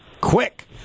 Quick